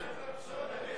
אבל הוא שפך את הפסולת.